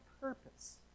purpose